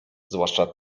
zwłaszcza